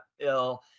ill